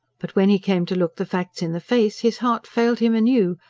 but when he came to look the facts in the face his heart failed him anew,